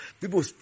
people